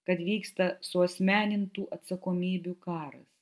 kad vyksta suasmenintų atsakomybių karas